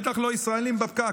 בטח לא ישראלים בפקק".